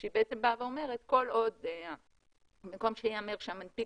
שהיא באה ואומרת שבמקום שייאמר שהמנפיק